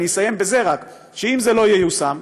אני אסיים רק בזה שאם זה לא ייושם,